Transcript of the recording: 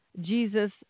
Jesus